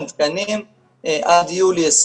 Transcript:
הם תקנים עד יולי 21',